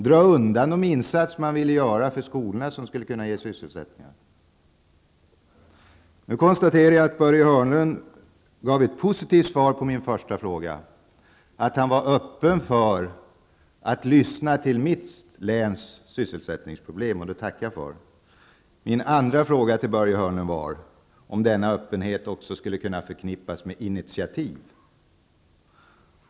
Och de insatser som man vill göra för skolorna och som skulle kunna ge sysselsättning dras undan. Nu konstaterar jag att Börje Hörnlund gav ett positivt svar på min första fråga, att han var öppen för att lyssna till mitt läns sysselsättningsproblem, och det tackar jag för. Min andra fråga till Börje Hörnlund var om denna öppenhet också skulle kunna förknippas med initiativ.